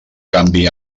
canvi